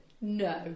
no